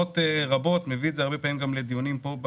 אני מביא את זה הרבה פעמים גם לדיונים בוועדה.